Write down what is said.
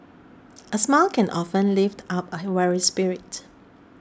a smile can often lift up a weary spirit